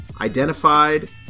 identified